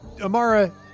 Amara